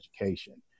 education